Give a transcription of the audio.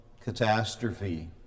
catastrophe